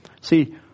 See